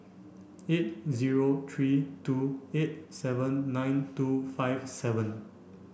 eight zero three two eight seven nine two five seven